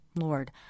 Lord